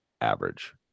average